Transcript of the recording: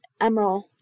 Emerald